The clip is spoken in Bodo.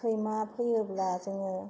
सैमा फैयोब्ला जोङो